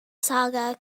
saga